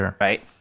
right